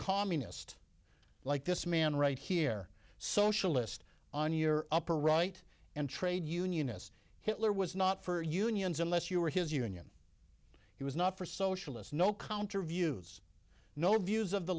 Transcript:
communist like this man right here socialist on your upper right and trade unionists hitler was not for unions unless you were his union he was not for socialist no counter views no views of the